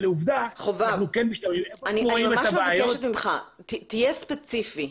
אני ממש מבקשת ממך להיות ספציפי.